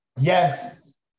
Yes